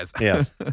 yes